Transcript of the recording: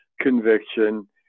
conviction